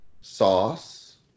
sauce